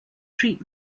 treat